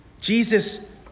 Jesus